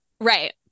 Right